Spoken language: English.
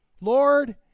Lord